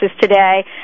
Today